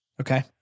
Okay